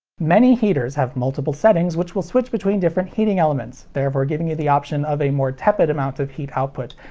many heaters have multiple settings which will switch between different heating elements, therefore giving you the option of a more tepid amount of heat output.